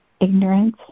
ignorance